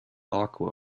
aqua